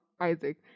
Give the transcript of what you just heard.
Isaac